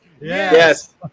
yes